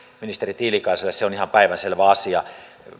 ministeri tiilikaiselle se on ihan päivänselvä asia